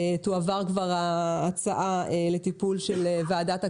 תועבר כבר ההצעה לטיפול של ועדת הכלכלה,